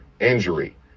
injury